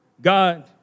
God